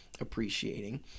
appreciating